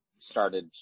started